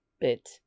bit